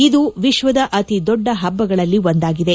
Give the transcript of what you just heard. ಇದು ವಿಶ್ವದ ಅತಿ ದೊಡ್ಡ ಹಬ್ಬಗಳಲ್ಲಿ ಒಂದಾಗಿದೆ